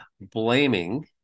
blaming